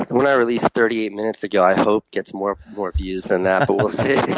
um and i released thirty eight minutes ago i hope gets more more views than that. but we'll see.